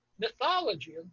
mythology